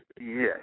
yes